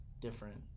different